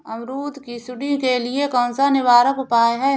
अमरूद की सुंडी के लिए कौन सा निवारक उपाय है?